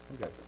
okay